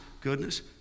goodness